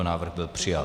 Návrh byl přijat.